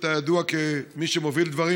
אתה ידוע כמי שמוביל דברים.